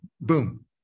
boom